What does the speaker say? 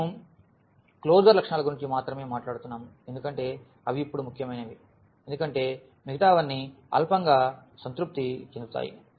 మేము క్లోజర్ లక్షణాల గురించి మాత్రమే మాట్లాడుతున్నాము ఎందుకంటే అవి ఇప్పుడు ముఖ్యమైనవి ఎందుకంటే మిగతావన్నీ అల్పంగా సంతృప్తి చెందుతాయి